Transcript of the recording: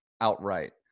outright